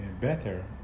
better